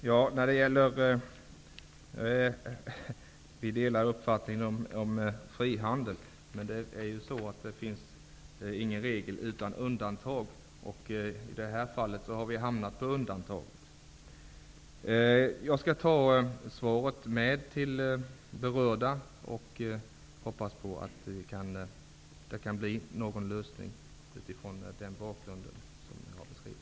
Herr talman! Vi delar uppfattningen om frihandel, men det finns ju ingen regel utan undantag. I det här fallet har vi hamnat på undantag. Jag skall ta med svaret till berörda. Jag hoppas att det kan bli en lösning på problemet utifrån den bakgrund som jag har beskrivit.